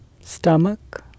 stomach